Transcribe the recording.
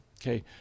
Okay